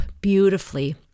beautifully